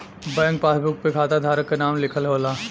bank passbook पे खाता धारक क नाम लिखल होला